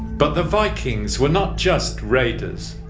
but the vikings were not just raiders,